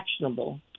actionable